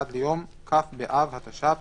עד ליום כ׳ באב התש״ף